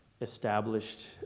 established